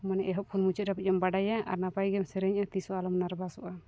ᱢᱟᱱᱮ ᱮᱦᱚᱵ ᱠᱷᱚᱱ ᱢᱩᱪᱟᱹᱫ ᱦᱟᱹᱵᱤᱡ ᱮᱢ ᱵᱟᱲᱟᱭᱟ ᱟᱨ ᱱᱟᱯᱟᱭ ᱜᱮᱢ ᱥᱮᱨᱮᱧᱟ ᱛᱤᱥᱦᱚᱸ ᱟᱞᱚᱢ ᱱᱟᱨᱵᱷᱟᱥᱚᱜᱼᱟ